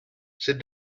sit